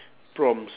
prompts